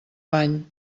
bany